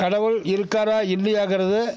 கடவுள் இருக்காறா இல்லையாங்கிறது